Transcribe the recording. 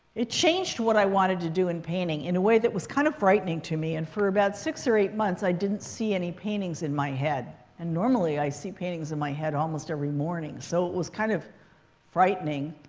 it changed what i wanted to do in painting, in a way that was kind of frightening to me. and for about six or eight months, i didn't see any paintings in my head. and normally, i see paintings in my head almost every morning. so it was kind of frightening.